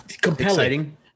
compelling